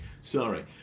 sorry